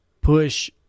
push